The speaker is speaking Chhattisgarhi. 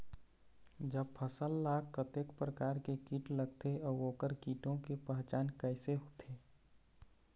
जब फसल ला कतेक प्रकार के कीट लगथे अऊ ओकर कीटों के पहचान कैसे होथे?